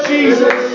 Jesus